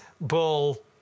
bull